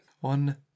One